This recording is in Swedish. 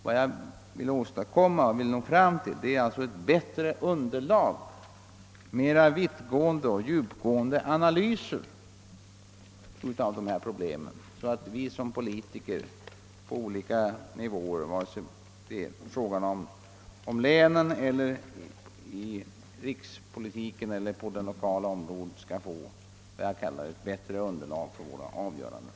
Vad jag vill åstadkomma är ett bättre underlag, vidare och mera djupgående analyser av problemen, så att vi politiker på olika nivåer — lokalt, i länen och i rikspolitiken — skall få ett bättre underlag för våra avgöranden.